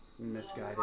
Misguided